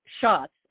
shots